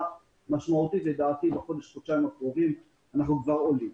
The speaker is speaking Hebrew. משמעותית ובחודש-חודשיים הקרובים אנחנו כבר עולים.